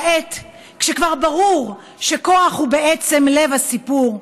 כעת, כשכבר ברור שכוח הוא בעצם לב הסיפור,